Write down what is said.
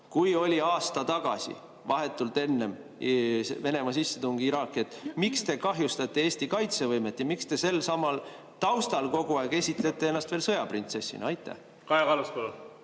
kui oli aasta tagasi, vahetult enne Venemaa sissetungi [Ukrainasse]. Miks te kahjustate Eesti kaitsevõimet ja miks te selsamal taustal kogu aeg esitlete ennast veel sõjaprintsessina? Aitäh, hea spiiker!